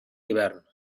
hivern